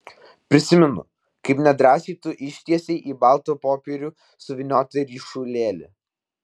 prisimenu kaip nedrąsiai tu ištiesei į baltą popierių suvyniotą ryšulėlį